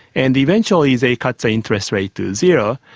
and eventually they cut the interest rate to zero,